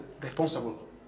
responsible